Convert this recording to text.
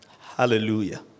Hallelujah